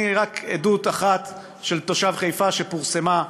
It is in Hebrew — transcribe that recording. אתן רק עדות אחת של תושב חיפה שפורסמה,